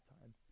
time